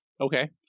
okay